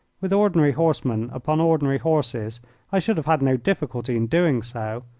with ordinary horsemen upon ordinary horses i should have had no difficulty in doing so,